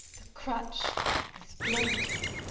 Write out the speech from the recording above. the crutch is floating.